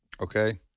okay